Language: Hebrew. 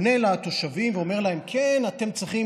פונה לתושבים ואומר להם: אתם צריכים